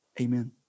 Amen